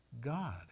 God